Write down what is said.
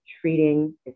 treating